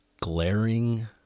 glaring